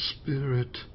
spirit